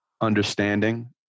understanding